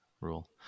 rule